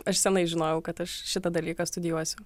aš senai žinojau kad aš šitą dalyką studijuosiu